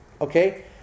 Okay